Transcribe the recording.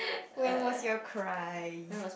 when was your cry